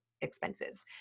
expenses